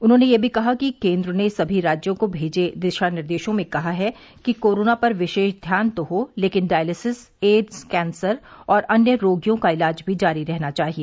उन्होंने यह भी कहा कि केन्द्र ने समी राज्यों को भेजे दिशा निर्देशों में कहा है कि कोरोना पर विशेष ध्यान तो हो लेकिन डायलिसिस एड्स कैंसर और अन्य रोगियों का इलाज भी जारी रहना चाहिए